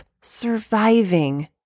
surviving